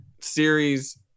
series